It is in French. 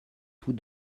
tous